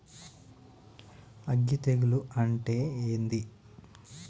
అగ్గి తెగులు అంటే ఏంది?